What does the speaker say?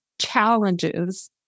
challenges